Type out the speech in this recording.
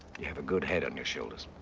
you have a good head on your shoulders.